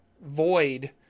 void